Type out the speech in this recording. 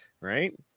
Right